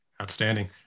Outstanding